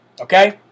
Okay